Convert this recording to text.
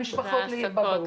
המשפחות לא ייפגעו.